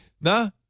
No